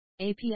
API